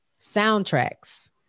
soundtracks